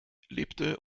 lebte